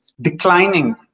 declining